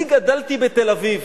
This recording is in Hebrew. אני גדלתי בתל-אביב,